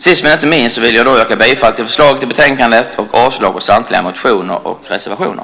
Sist men inte minst vill jag yrka bifall till förslaget i betänkandet och avslag på samtliga motioner och reservationer.